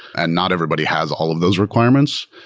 and not everybody has all of those requirements.